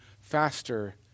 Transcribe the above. faster